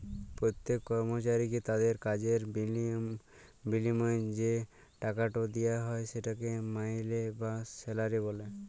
প্যত্তেক কর্মচারীকে তাদের কাজের বিলিময়ে যে টাকাট দিয়া হ্যয় সেটকে মাইলে বা স্যালারি ব্যলে